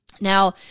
Now